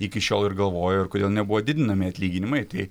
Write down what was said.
iki šiol ir galvojo ir kodėl nebuvo didinami atlyginimai tai